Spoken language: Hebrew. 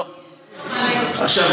עכשיו,